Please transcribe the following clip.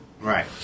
Right